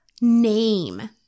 name